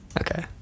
Okay